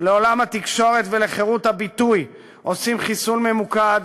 לעולם התקשורת ולחירות הביטוי עושים חיסול ממוקד,